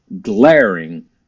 glaring